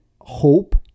hope